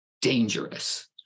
dangerous